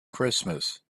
christmas